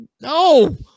No